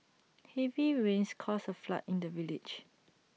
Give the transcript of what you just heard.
heavy rains caused A flood in the village